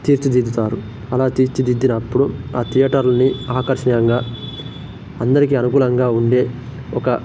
తీర్చుదిద్దుతారు అలా తీర్చిదిద్దినప్పుడు ఆ థియేటర్ని ఆకర్షణీయంగా అందరికి అనుకూలంగా ఉండే ఒక